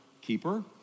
keeper